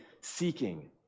seeking